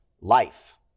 life